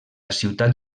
ciutat